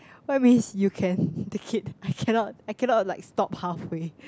what you mean you can take it I cannot I cannot like stop halfway